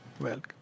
Welcome